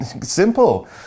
simple